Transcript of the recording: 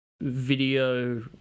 video